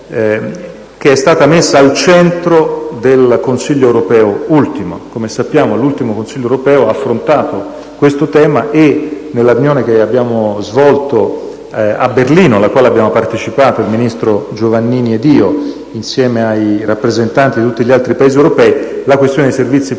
che è stata ovviamente al centro dell'ultimo Consiglio europeo. Come sappiamo, l'ultimo Consiglio europeo ha affrontato questo tema: nella riunione che abbiamo svolto a Berlino, alla quale ho partecipato insieme al ministro Giovannini, insieme ai rappresentanti di tutti gli altri Paesi europei, la questione dei servizi per